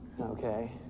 Okay